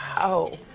oh,